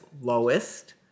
lowest